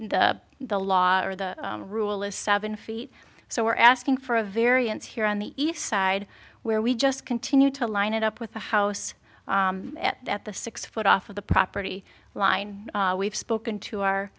the the law or the rule is seven feet so we're asking for a variance here on the east side where we just continue to line it up with the house at the six foot off of the property line we've spoken to our